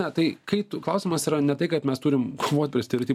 na tai kai tu klausimas yra ne tai kad mes turim kovot prieš stereoti